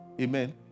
Amen